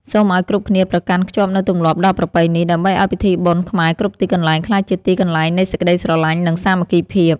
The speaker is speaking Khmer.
សូមឱ្យគ្រប់គ្នាប្រកាន់ខ្ជាប់នូវទម្លាប់ដ៏ប្រពៃនេះ ដើម្បីឱ្យពិធីបុណ្យខ្មែរគ្រប់ទីកន្លែងក្លាយជាទីកន្លែងនៃសេចក្តីស្រឡាញ់និងសាមគ្គីភាព។